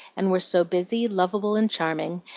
and were so busy, lovable, and charming,